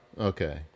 Okay